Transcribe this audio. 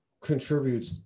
contributes